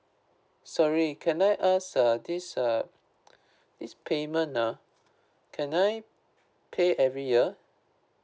sorry can I ask ah this ah this payment ah can I pay every year